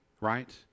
right